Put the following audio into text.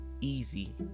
easy